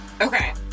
Okay